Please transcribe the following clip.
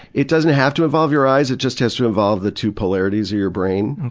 it doesn't have to involve your eyes, it just has to involve the two polarities of your brain.